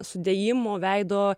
sudėjimo veido